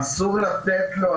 אסור לתת לו,